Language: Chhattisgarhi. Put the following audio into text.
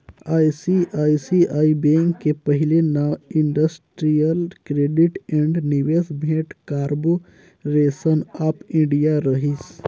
आई.सी.आई.सी.आई बेंक के पहिले नांव industrial credit and investment corporation of India रहिस